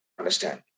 understand